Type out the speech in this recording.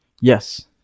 Yes